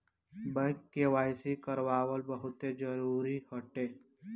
bank KYC करावल बहुते जरुरी हटे